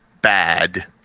bad